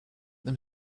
them